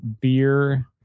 Beer